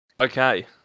Okay